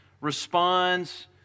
responds